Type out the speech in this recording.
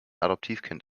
adoptivkind